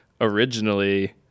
Originally